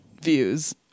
views